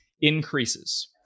increases